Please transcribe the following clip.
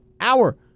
Hour